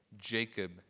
Jacob